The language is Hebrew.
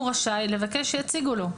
הוא רשאי לבקש שיציגו לו.